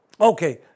Okay